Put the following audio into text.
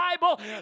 Bible